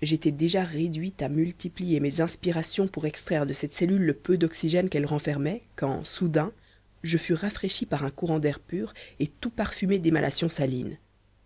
j'étais déjà réduit à multiplier mes inspirations pour extraire de cette cellule le peu d'oxygène qu'elle renfermait quand soudain je fus rafraîchi par un courant d'air pur et tout parfumé d'émanations salines